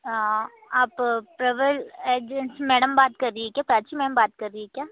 हाँ आप travel agency से मैडम बात कर रही हैं क्या प्राची मैम बात कर रही हैं क्या